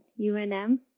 UNM